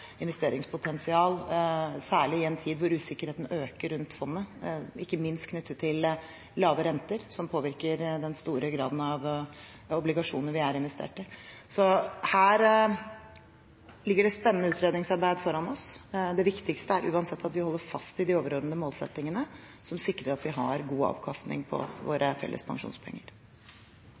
investeringspotensial, særlig i en tid hvor usikkerheten øker rundt fondet, ikke minst knyttet til lave renter, som påvirker den store graden av obligasjoner vi er investert i. Så her ligger det spennende utredningsarbeid foran oss. Det viktigste er uansett at vi holder fast i de overordnede målsettingene, som sikrer at vi har god avkastning på